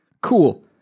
Cool